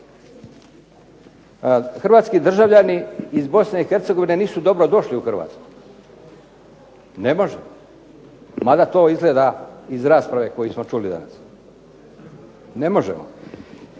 hrvatski državljani iz BiH nisu dobrodošli u Hrvatsku? Ne možemo, mada to izgleda iz rasprave koju smo čuli danas. Ne možemo.